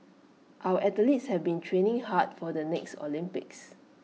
our athletes have been training hard for the next Olympics